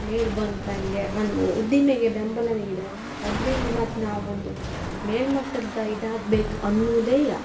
ಮೇಲೆ ಬಂದು ಕಂಡೆ ಒಂದು ಉದ್ದಿಮೆಗೆ ಬೆಂಬಲ ನೀಡಿ ಅದರಿಂದ ಮತ್ತು ನಾವು ಒಂದು ಮೇಲ್ಮಟ್ಟದ್ದು ಇದಾಗ್ಬೇಕು ಅನ್ನೂದೇ